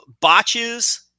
botches